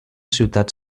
ciutat